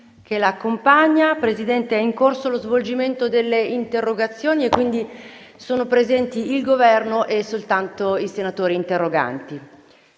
Presidente, è in corso lo svolgimento delle interrogazioni e quindi sono presenti il Governo e soltanto i senatori interroganti.